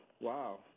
wow